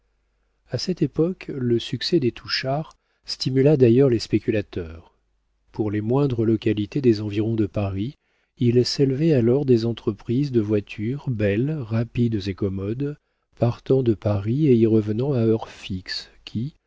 a cette époque le succès des touchard stimula d'ailleurs les spéculateurs pour les moindres localités des environs de paris il s'élevait alors des entreprises de voitures belles rapides et commodes partant de paris et y revenant à heures fixes qui